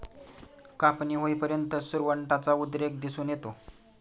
कापणी होईपर्यंत सुरवंटाचा उद्रेक दिसून येतो